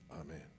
Amen